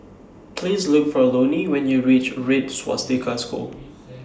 Please Look For Loni when YOU REACH Red Swastika School